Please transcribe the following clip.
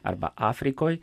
arba afrikoj